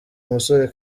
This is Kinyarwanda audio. umusore